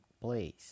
place